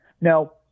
Now